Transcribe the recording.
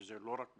וזה לא רק בשפרעם,